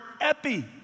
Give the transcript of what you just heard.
epi